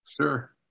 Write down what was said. Sure